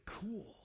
cool